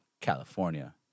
California